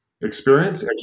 experience